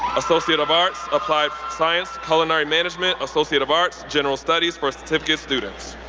associate of arts, applied science, culinary management, associate of arts, general studies for certificate students.